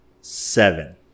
seven